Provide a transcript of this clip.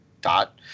dot